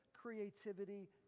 creativity